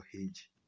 age